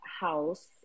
house